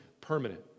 permanent